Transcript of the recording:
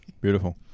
Beautiful